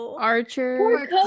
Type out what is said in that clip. Archer